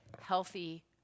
healthy